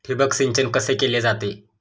ठिबक सिंचन कसे केले जाते?